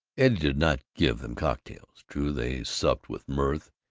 eddie did not give them cocktails. true, they supped with mirth,